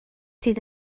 sydd